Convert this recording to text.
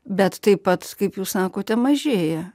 bet taip pat kaip jūs sakote mažėja